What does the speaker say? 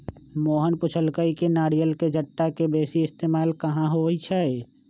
मोहन पुछलई कि नारियल के जट्टा के बेसी इस्तेमाल कहा होई छई